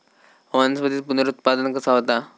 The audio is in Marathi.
वनस्पतीत पुनरुत्पादन कसा होता?